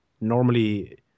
Normally